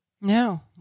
No